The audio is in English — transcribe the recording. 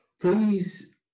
Please